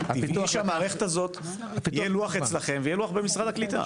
טבעי שהמערכת הזאת יהיה לוח אצלכם ויהיה לוח במשרד הקליטה.